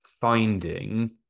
finding